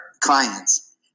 clients